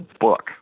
book